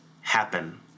happen